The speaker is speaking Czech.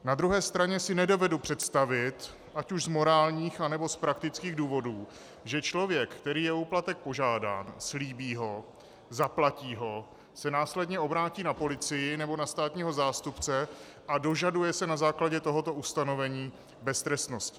Na druhé straně si nedovedu představit, ať už z morálních, anebo z praktických důvodů, že člověk, který je o úplatek požádán, slíbí ho, zaplatí ho, se následně obrátí na policii nebo na státního zástupce a dožaduje se na základě tohoto ustanovení beztrestnosti.